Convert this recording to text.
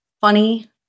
funny